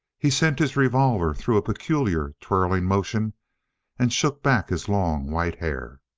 he sent his revolver through a peculiar, twirling motion and shook back his long white hair.